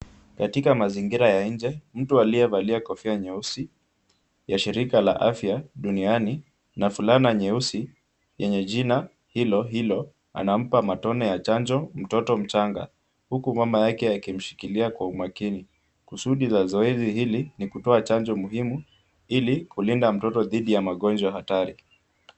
Katika mazingira ya nje, mtu aliyevalia kofia nyeusi ya shirika la afya duniani na fulana nyeusi yenye jina hilo hilo anampa matone ya chanjo mtoto mchanga, huku mama yake akimshikilia kwa umakini. Kusudi la zoezi hili ni kutoa chanjo muhimu ili kulinda mtoto dhidi ya magonjwa hatari.